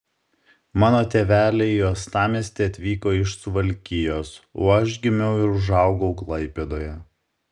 mano tėveliai į uostamiestį atvyko iš suvalkijos o aš gimiau ir užaugau klaipėdoje